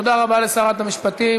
תודה רבה לשרת המשפטים.